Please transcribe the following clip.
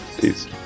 Peace